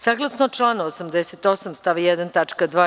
Saglasno članu 88. stav 1. tač.